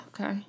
Okay